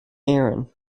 éirinn